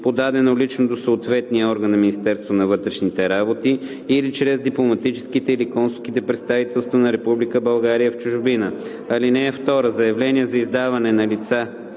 подадено лично до съответния орган на Министерството на вътрешните работи или чрез дипломатическите, или консулските представителства на Република България в чужбина. (2) Заявление за издаване на карта